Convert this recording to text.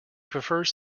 prefers